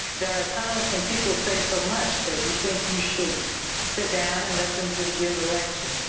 there are times when people say so much that you think you should sit down and let them just give the lecture.